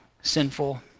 sinful